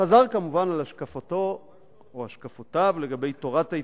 חזר כמובן על השקפותיו לגבי תורת ההתפתחות,